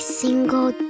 single